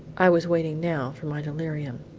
i was waiting now for my delirium.